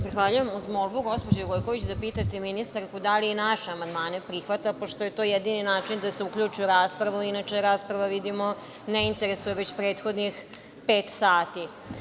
Zahvaljujem, uz molbu gospođe Gojković da pitate ministarku da li i naše amandmane prihvata, pošto je to jedini način da se uključi u raspravu, inače je rasprava vidimo ne interesuje već prethodnih pet sati.